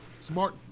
Smart